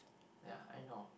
ya I know